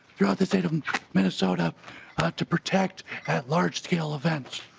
throughout the state of minnesota to protect at large-scale events.